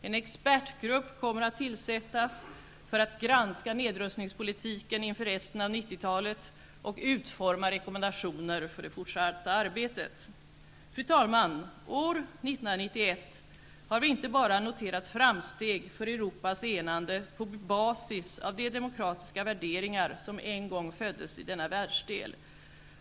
En expertgrupp kommer att tillsättas för att granska nedrustningspolitiken inför resten av 90-talet och utforma rekommendationer för det fortsatta arbetet. Fru talman! År 1991 har vi inte bara noterat framsteg för Europas enande på basis av de demokratiska värderingar som en gång föddes i denna världsdel.